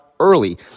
early